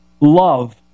love